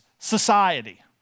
society